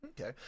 Okay